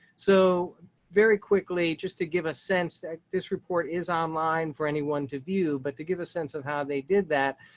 so very quickly, just to give a sense that this report is online for anyone to view, but to give a sense of how they did that.